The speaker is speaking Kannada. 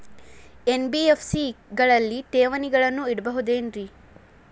ಎನ್.ಬಿ.ಎಫ್.ಸಿ ಗಳಲ್ಲಿ ಠೇವಣಿಗಳನ್ನು ಇಡಬಹುದೇನ್ರಿ?